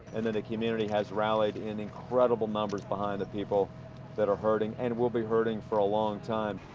and the the community has rallied in incredible numbers behind the people that are hurting, and we'll be hurting for a long time.